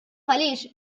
għaliex